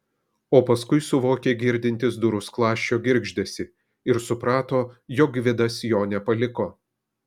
o paskui suvokė girdintis durų skląsčio girgždesį ir suprato jog gvidas jo nepaliko